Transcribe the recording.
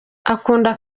akunda